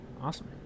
Awesome